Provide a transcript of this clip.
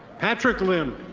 patrick lim.